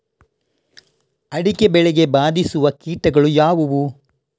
ಅಡಿಕೆ ಬೆಳೆಗೆ ಬಾಧಿಸುವ ಕೀಟಗಳು ಯಾವುವು?